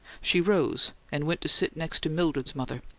she rose and went to sit next to mildred's mother,